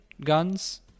guns